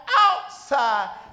outside